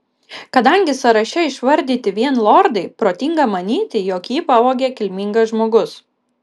kadangi sąraše išvardyti vien lordai protinga manyti jog jį pavogė kilmingas žmogus